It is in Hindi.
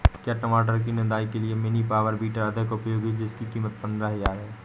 क्या टमाटर की निदाई के लिए मिनी पावर वीडर अधिक उपयोगी है जिसकी कीमत पंद्रह हजार है?